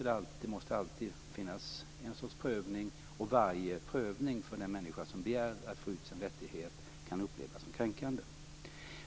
Det måste alltid finnas en sorts prövning, och varje prövning kan av den människa som begär att få ut sin rätt upplevas som kränkande.